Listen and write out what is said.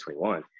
2021